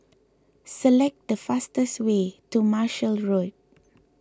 select the fastest way to Marshall Road